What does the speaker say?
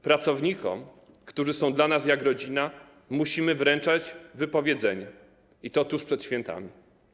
Pracownikom, którzy są dla nas jak rodzina, musimy wręczać wypowiedzenia, i to tuż przed świętami.